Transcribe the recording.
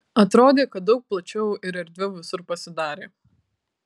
atrodė kad daug plačiau ir erdviau visur pasidarė